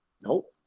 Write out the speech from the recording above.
Nope